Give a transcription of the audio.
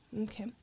Okay